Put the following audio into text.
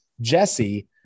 Jesse